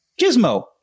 gizmo